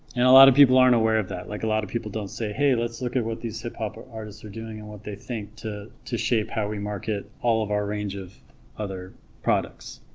and a lot of people aren't aware of that like a lot of people don't say hey let's look at what these hip hop artists are doing and what they think to to shape how we market all of our range of other products